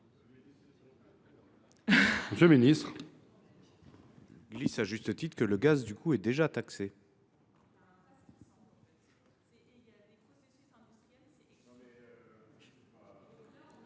monsieur le ministre,